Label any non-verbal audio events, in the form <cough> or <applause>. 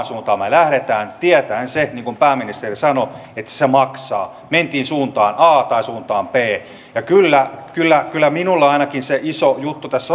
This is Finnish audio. <unintelligible> suuntaan me lähdemme tietäen sen niin kuin pääministeri sanoi että se maksaa mentiin suuntaan a tai suuntaan b ja kyllä kyllä minulla ainakin se iso juttu tässä <unintelligible>